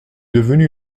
devenu